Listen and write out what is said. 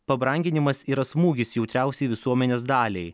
pabranginimas yra smūgis jautriausiai visuomenės daliai